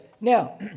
Now